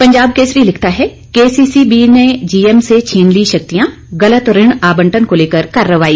पंजाब केसरी लिखता है केसीसीबी ने जीएम से छीन ली शक्तियां गलत ऋण आवंटन को लेकर कार्रवाई